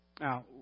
Now